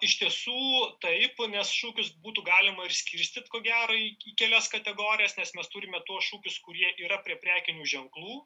iš tiesų taip nes šūkius būtų galima ir skirstyt ko gero į kelias kategorijas nes mes turime tuos šūkius kurie yra prie prekinių ženklų